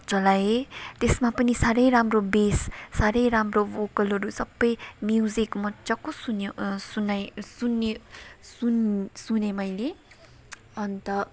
चलाएँ त्यसमा पनि साह्रै राम्रो बेस साह्रै राम्रो भोकलहरू सबै म्युजिक मज्जाको सुन्यो सुनेँ मैले अन्त